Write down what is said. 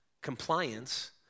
compliance